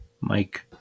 mike